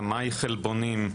אמאי חלבונים,